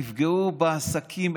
הם נפגעו בעסקים,